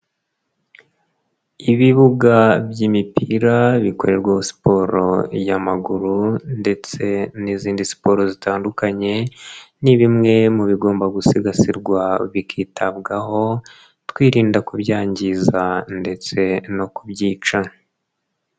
Ibibuga by'imipira bikorerwa siporo y'amaguru ndetse n'izindi siporo zitandukanye, ni bimwe mu bigomba gusigasirwa, bikitabwaho, twirinda kubyangiza ndetse no kubyica.